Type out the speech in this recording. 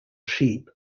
sheep